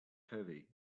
heavy